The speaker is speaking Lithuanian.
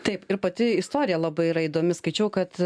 taip ir pati istorija labai yra įdomi skaičiau kad